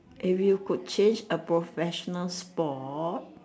if you could change a professional sport